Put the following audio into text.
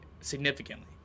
significantly